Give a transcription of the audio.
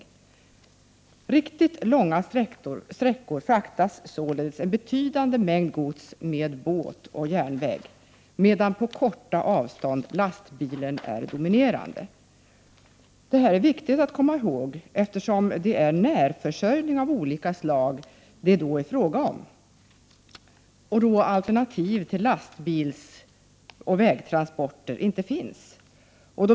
På riktigt långa sträckor fraktas således en betydande mängd gods med båt och järnväg, medan lastbilen är dominerande på korta avstånd. Detta är viktigt att komma ihåg. Det är fråga om närförsörjning av olika slag, där det inte finns alternativ till lastbilsoch vägtransporter.